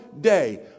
day